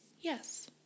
yes